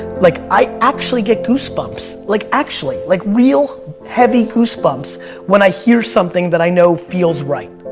like i actually get goose bumps, like actually. like real heavy goose bumps when i hear something that i know feels right.